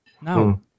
Now